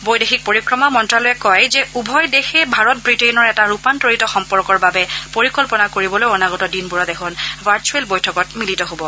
বৈদেশিক পৰিক্ৰমা মন্ত্যালয়ে কয় যে উভয় দেশে ভাৰত ৱিটেইনৰ এটা ৰূপান্তৰিত সম্পৰ্কৰ বাবে পৰিকল্পনা কৰিবলৈ অনাগত দিনবোৰত এখন ভাৰ্ছুৱেল বৈঠকত মিলিত হ'ব